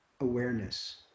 awareness